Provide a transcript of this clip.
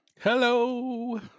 Hello